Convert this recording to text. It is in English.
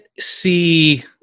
see